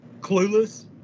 Clueless